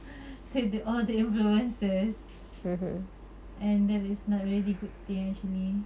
to the all the influencers and that is not really good thing actually